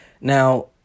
Now